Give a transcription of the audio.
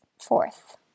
Fourth